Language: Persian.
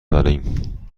داریم